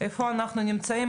איפה אנחנו נמצאים,